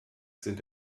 sind